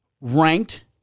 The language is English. Ranked